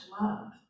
love